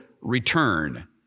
return